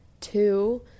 two